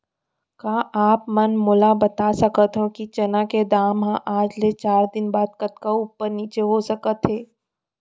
का आप मन मोला बता सकथव कि चना के दाम हा आज ले चार दिन बाद कतका ऊपर नीचे हो सकथे?